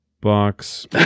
Box